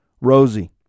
Rosie